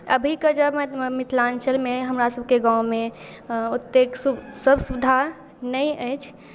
अभीके जमानामे मिथिलाञ्चलमे हमरासभके गाममे ओतेक सुख सभ सुविधा नहि अछि